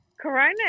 Corona